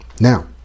Now